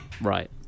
right